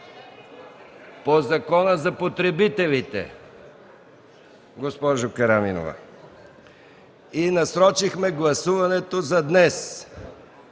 по Закона за потребителите, госпожо Караминова, и насрочихме гласуването за днес.